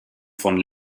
von